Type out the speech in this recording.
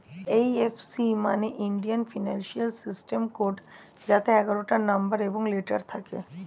এই F C মানে Indian financial system code যাতে এগারোটা নম্বর এবং লেটার থাকে